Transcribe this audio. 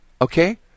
Okay